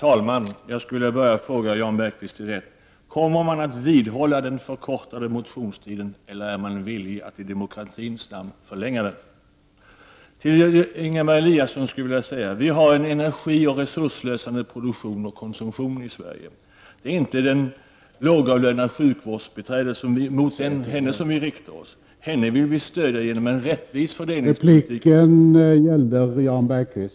Herr talman! Jag ber om ursäkt. Regeringen vill föra en politik för ökad konsumtion. Då är frågan: Vad kan det innebära?